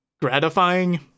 gratifying